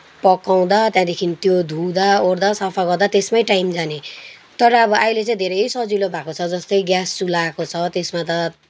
पकाउँदा त्यहाँदेखि त्यो धुँदा ओर्दा सफा गर्दा त्यसमै टाइम जाने तर अब अहिले चाहिँ धेरै सजिलो भएको छ जस्तै ग्यास चुल्हा आएको छ त्यसमा त